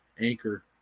Anchor